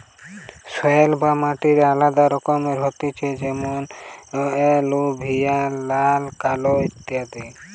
soil বা মাটি আলাদা রকমের হতিছে যেমন এলুভিয়াল, লাল, কালো ইত্যাদি